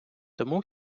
тому